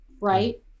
Right